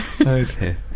okay